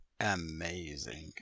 amazing